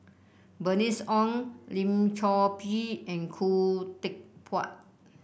Bernice Ong Lim Chor Pee and Khoo Teck Puat